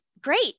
great